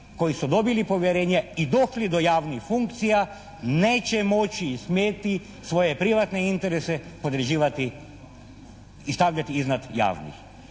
koji su dobili povjerenje i došli do javnih funkcija neće moći i smjeti svoje privatne interese određivati i stavljati iznad javnih.